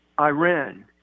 Iran